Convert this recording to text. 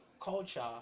culture